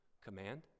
command